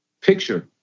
picture